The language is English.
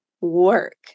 work